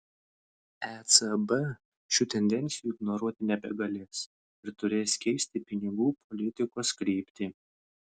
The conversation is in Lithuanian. ecb šių tendencijų ignoruoti nebegalės ir turės keisti pinigų politikos kryptį